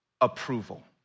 approval